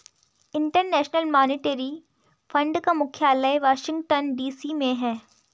international Monetary Fund का मुख्यालय Washington DC में है